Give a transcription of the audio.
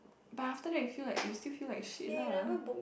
but after that you feel you still feel like shit lah